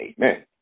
Amen